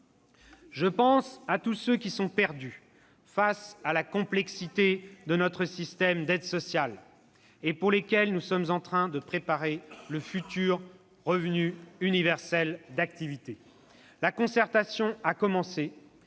Je pense à tous ceux qui sont perdus face à la complexité de notre système d'aides sociales et pour lesquels nous sommes en train de préparer le futur revenu universel d'activité. La concertation a commencé